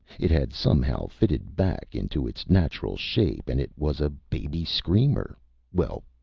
it had somehow fitted back into its natural shape and it was a baby screamer well,